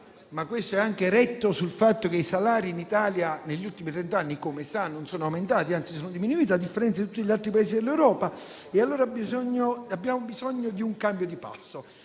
ma questo si regge anche sul fatto che i salari in Italia negli ultimi trent'anni, come sa, non sono aumentati, anzi sono diminuiti, a differenza di tutti gli altri Paesi dell'Europa. E allora abbiamo bisogno di un cambio di passo.